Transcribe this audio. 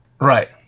Right